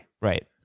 right